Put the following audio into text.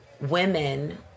women